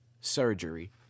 surgery